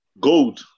Gold